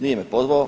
Nije me pozvao.